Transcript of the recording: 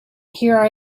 here